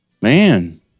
Man